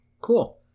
Cool